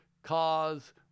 cause